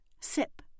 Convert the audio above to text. sip